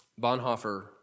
Bonhoeffer